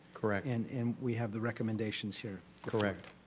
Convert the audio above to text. correct. and and we have the recommendations here. correct.